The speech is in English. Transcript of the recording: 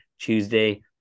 Tuesday